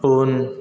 उन